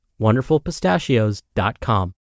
wonderfulpistachios.com